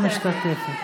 לא משתתפת